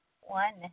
one